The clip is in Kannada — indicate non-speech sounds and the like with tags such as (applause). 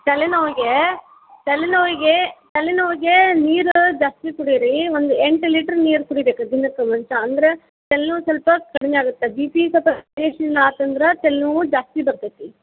ತಲೆನೋವಿಗೆ ತಲೆನೋವಿಗೆ ತಲೆನೋವಿಗೆ ನೀರು ಜಾಸ್ತಿ ಕುಡೀರಿ ಒಂದು ಎಂಟು ಲೀಟ್ರ್ ನೀರು ಕುಡಿಬೇಕು ದಿನಕ್ಕೆ ಮನುಷ್ಯ ಅಂದರೆ ತಲ್ನೋವು ಸ್ವಲ್ಪ ಕಡ್ಮೆ ಆಗತ್ತೆ ಬಿ ಪಿ ಸ್ವಲ್ಪ (unintelligible) ಆತಂದ್ರೆ ತಲೆನೋವು ಜಾಸ್ತಿ ಬರ್ತತಿ